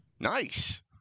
Nice